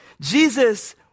Jesus